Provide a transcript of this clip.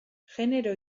genero